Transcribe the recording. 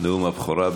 נאום הבכורה.